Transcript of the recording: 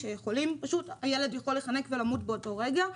פשוט הילד יכול להיחנק ולמות באותו רגע.